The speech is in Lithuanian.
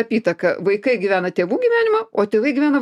apytaka vaikai gyvena tėvų gyvenimą o tėvai gyvena